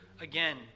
again